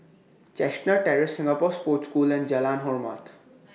Chestnut Terrace Singapore Sports School and Jalan Hormat